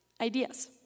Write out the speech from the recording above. ideas